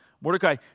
Mordecai